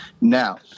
Now